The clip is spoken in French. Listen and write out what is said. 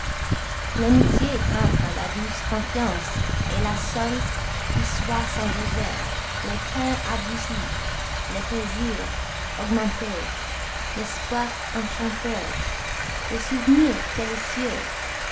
l'amitié tendre la douce confiance la seule qui soit sans réserve les peines adoucies les plaisirs augmentés l'espoir enchanteur les souvenirs